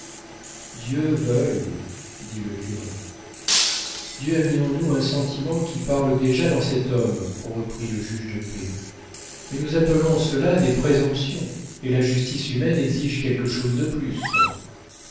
dieu veuille dit le curé dieu a mis en nous un sentiment qui parle déjà dans cet homme reprit le juge de paix mais nous appelons cela des présomptions et la justice humaine exige quelque chose de plus